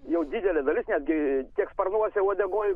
jau didelė dalis netgi tiek sparnuose uodegoj